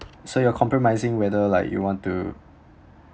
so you're compromising whether like you want to